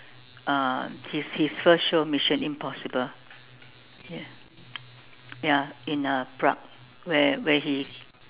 uh his his first show Mission Impossible ya ya in uh Prague where where he